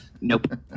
Nope